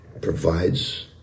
provides